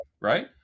right